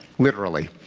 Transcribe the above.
literally.